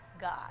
God